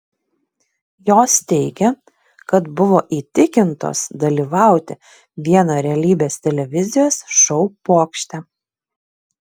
jos teigia kad buvo įtikintos dalyvauti vieno realybės televizijos šou pokšte